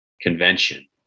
convention